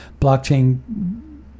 blockchain